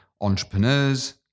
entrepreneurs